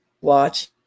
Watch